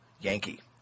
Yankee